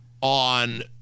on